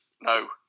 No